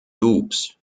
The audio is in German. doubs